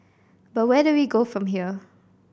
but where do we go from here